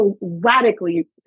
radically